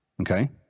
Okay